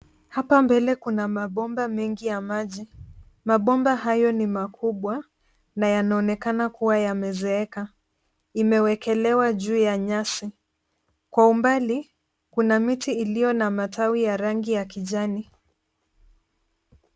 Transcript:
Hapa mbele kuna mabomba mengi ,Mabomba hayo ni makubwa na yanaonekana kuwa yamezeeka. imewekelewa juu ya nyasi. Kwa umbali Kuna miti iliyo na matawi ya rangi ya kijani.